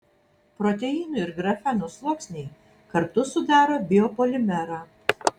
proteinų ir grafeno sluoksniai kartu sudaro biopolimerą